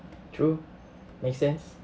true makes sense